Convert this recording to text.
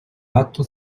надто